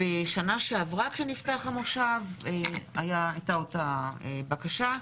בשנה שעברה כשנפתח המושב הייתה אותה בקשה,